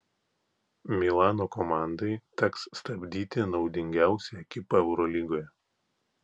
milano komandai teks stabdyti naudingiausią ekipą eurolygoje